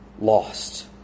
lost